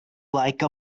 like